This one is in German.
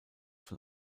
von